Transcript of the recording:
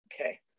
okay